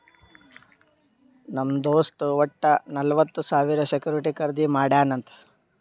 ನಮ್ ದೋಸ್ತ್ ವಟ್ಟ ನಲ್ವತ್ ಸಾವಿರ ಸೆಕ್ಯೂರಿಟಿ ಖರ್ದಿ ಮಾಡ್ಯಾನ್ ಅಂತ್